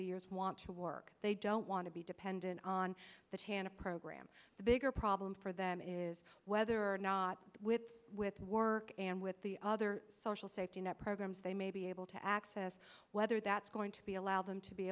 the years want to work they don't want to be dependent on that hannah program the bigger problem for them is whether or not with with work and with the other social safety net programs they may be able to access whether that's going to be allow them to be